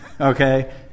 okay